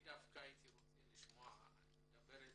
את מדברת